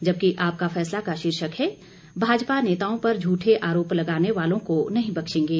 जबकि आपका फैसला का शीर्षक है भाजपा नेताओं पर झूठे आरोप लगाने वालों को नहीं बख्शेंगे